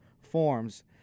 forms